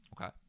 Okay